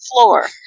floor